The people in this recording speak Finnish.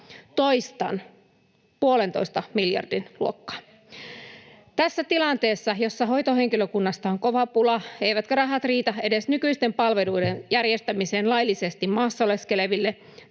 Eipä kiinnosta hallitusta!] Tässä tilanteessa, jossa hoitohenkilökunnasta on kova pula eivätkä rahat riitä edes nykyisten palveluiden järjestämiseen laillisesti maassa oleville